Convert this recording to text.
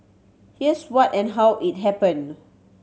here's what and how it happened